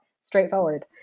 straightforward